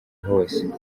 hose